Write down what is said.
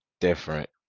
different